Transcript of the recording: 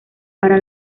para